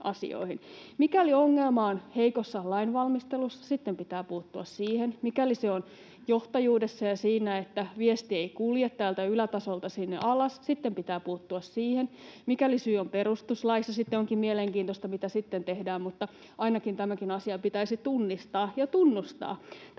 Mikäli ongelma on heikossa lainvalmistelussa, sitten pitää puuttua siihen, mikäli se on johtajuudessa ja siinä, että viesti ei kulje täältä ylätasolta sinne alas, sitten pitää puuttua siihen, mikäli syy on perustuslaissa, sitten onkin mielenkiintoista, mitä sitten tehdään, mutta ainakin tämäkin asia pitäisi tunnistaa ja tunnustaa.